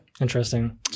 Interesting